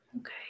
Okay